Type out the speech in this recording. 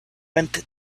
mint